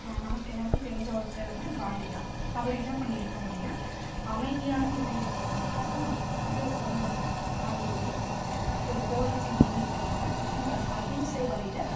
நமக்கு எல்லாருக்கும் தெரிஞ்ச ஒரு தலைவர்னா காந்தி தான் அவர் என்ன பண்ணிருக்கார் அப்படின்னா அமைதியான முறையில் என்ன பண்ணிருக்காருன்னா நமக்கு வந்து சுதந்திரத்தை வாங்கிக் கொடுத்துருக்காரு ஒரு போராட்டம் பண்ணி பண்ணாமல் நம்ப அகிம்சை வழியில